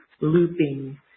looping